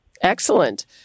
Excellent